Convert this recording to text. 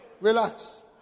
Relax